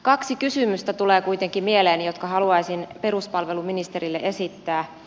kaksi kysymystä tulee kuitenkin mieleeni jotka haluaisin peruspalveluministerille esittää